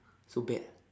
so bad